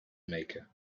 maker